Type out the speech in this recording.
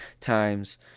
times